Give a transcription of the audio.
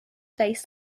based